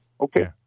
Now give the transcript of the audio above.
Okay